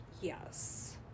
Yes